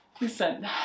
Listen